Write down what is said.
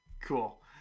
cool